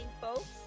folks